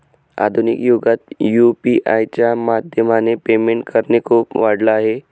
आधुनिक युगात यु.पी.आय च्या माध्यमाने पेमेंट करणे खूप वाढल आहे